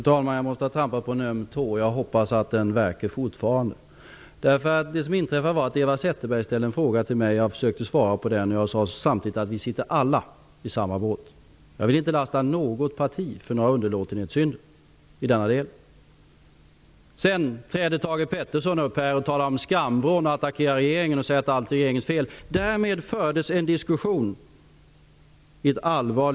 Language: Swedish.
Vid den muntliga frågestunden den 20 januari sade statsministern bl.a. följande som svar på en fråga om åtgärder för att motverka barnpornografi: ''Vi har alla blivit tagna på sängen av denna utveckling, som jag inte tror vi visste var så vidrig som den var.